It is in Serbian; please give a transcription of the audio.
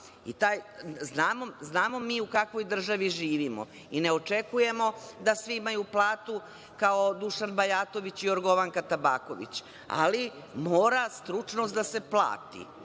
Znamo mi u kakvoj državi živimo i ne očekujemo da svi imaju platu kao Dušan Bajatović i Jorgovanka Tabaković, ali mora stručnost da se plati.